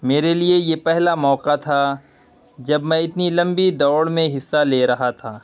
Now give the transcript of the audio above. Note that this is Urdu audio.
میرے لیے یہ پہلا موقع تھا جب میں اتنی لمبی دوڑ میں حصہ لے رہا تھا